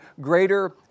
greater